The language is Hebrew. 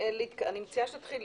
אני ממש רוצה שנתחיל